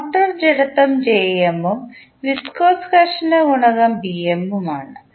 motor ജഡത്വം ഉം viscous ഘർഷണ ഗുണകം ഉം ആണ്